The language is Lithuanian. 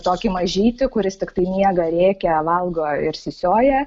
tokį mažytį kuris tiktai miega rėkia valgo ir sisioja